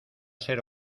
ser